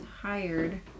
hired